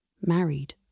married